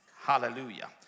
Hallelujah